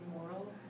moral